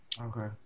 Okay